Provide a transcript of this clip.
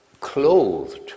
clothed